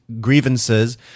grievances